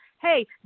hey